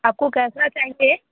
आपको कैसा चाहिए